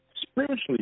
spiritually